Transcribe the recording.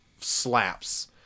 slaps